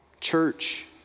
Church